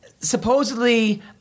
supposedly